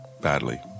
badly